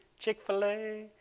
Chick-fil-A